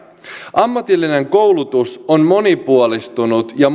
ammatillinen koulutus on monipuolistunut ja